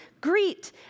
greet